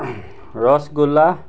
rasgulla